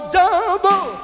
double